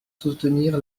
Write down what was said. soutenir